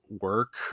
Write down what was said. work